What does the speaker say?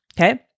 Okay